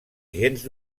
gens